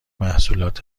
محصولات